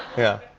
yeah.